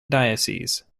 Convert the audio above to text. diocese